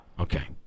okay